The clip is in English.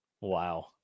Wow